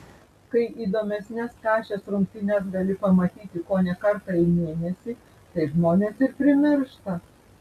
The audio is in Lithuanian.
kai įdomesnes kašės rungtynes gali pamatyti kone kartą į mėnesį tai žmonės ir primiršta